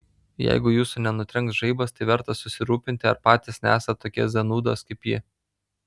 jeigu jūsų nenutrenks žaibas tai verta susirūpinti ar patys nesat tokie zanūdos kaip ji